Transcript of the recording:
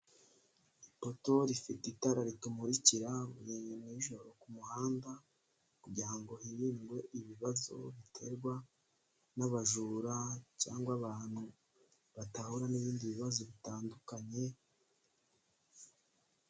Ipoto rifite itara ritumurikira buri joro ku muhanda kugira ngo hirindwe ibibazo biterwa n'abajura cyangwa abantu batahura n'ibindi bibazo bitandukanye,...